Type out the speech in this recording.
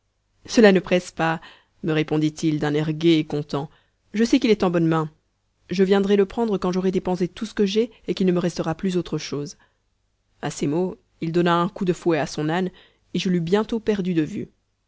cela ne presse pas me répondit-il d'un air gai et content je sais qu'il est en bonne main je viendrai le prendre quand j'aurai dépensé tout ce que j'ai et qu'il ne me restera plus autre chose à ces mots il donna un coup de fouet à son âne et je l'eus bientôt perdu de vue